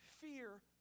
Fear